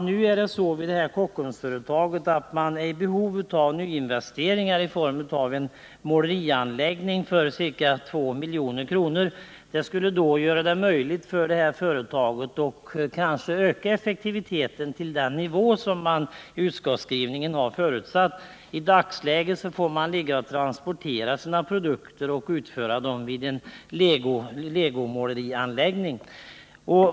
Nu är det så vid det här Kockumsföretaget att man är i behov av nyinvesteringar på ca 2 milj.kr. för en målerianläggning. Det skulle göra det möjligt för det här företaget att öka effektiviteten till den nivå som man i utskottsskrivningen har förutsatt. I dagsläget får man transportera sina produkter till en legomålerianläggning.